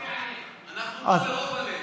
אם אתה רוצה לעלות,